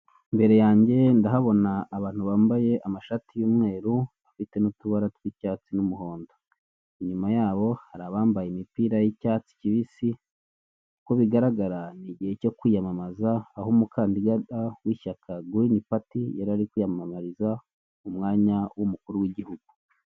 Imbere yange ndahabona abantu bambaye amashati y'umweru afite n'utubara tw'icyatsi n'umuhondo, inyuma yabo hari abambaye imipira y'icyatsi kibisi uko bigaragara n'igihe cyo kwiyamamaza, aho umukandida w'ishyaka girini pati yarari kwiyamamariza umwanya w'umukuru w'igihugu.